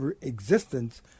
existence